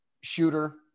shooter